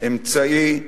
אמצעי,